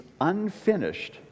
unfinished